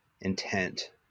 intent